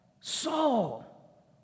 Saul